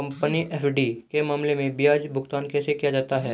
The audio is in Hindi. कंपनी एफ.डी के मामले में ब्याज भुगतान कैसे किया जाता है?